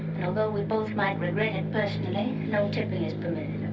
and although we both might regret it personally, no tipping is permitted.